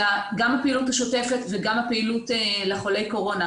הפעילות השוטפת וגם הפעילות לחולי הקורונה.